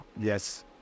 Yes